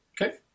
Okay